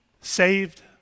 saved